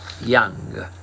Young